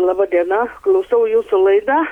laba diena klausau jūsų laidą